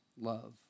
love